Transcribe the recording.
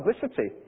publicity